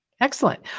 excellent